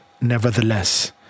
nevertheless